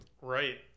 Right